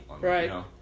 right